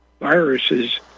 viruses